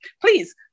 Please